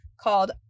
called